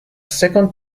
second